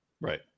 Right